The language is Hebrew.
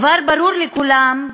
כבר ברור לכולם,